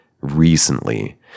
recently